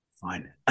fine